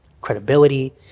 credibility